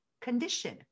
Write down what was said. condition